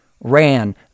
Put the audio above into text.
ran